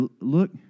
look